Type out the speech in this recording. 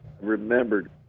remembered